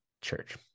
church